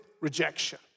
rejection